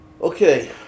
Okay